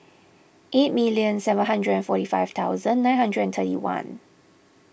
eight million seven hundred and forty five thousand nine hundred and thirty one